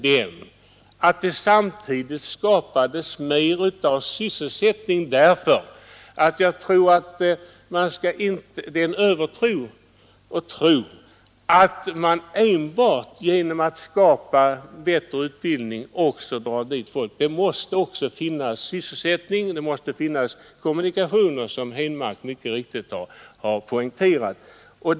Det är en övertro att man enbart genom att ordna bättre utbildning drar dit folk. Det måste också finnas lsättning, och det måste finnas kommunikationer, som herr Henmark mycket riktigt har poängterat.